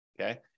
okay